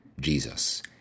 Jesus